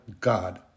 God